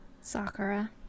Sakura